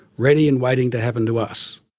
ready and waiting to happen to us.